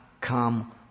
come